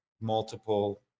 multiple